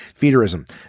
feederism